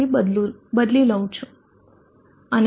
6 ohm થી બદલી લઉં છું